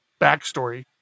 backstory